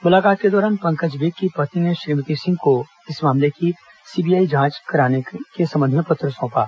मुलाकात के दौरान पंकज बेक की पत्नी ने श्रीमती सिंह को इस मामले की जांच सीबीआई से कराने संबंधी पत्र सौंपा